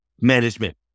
Management